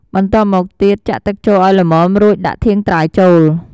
បន្ទាប់មកទៀត ចាក់ទឹកចូលឱ្យល្មម រួចដាក់ធាងត្រាវចូល។